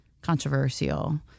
controversial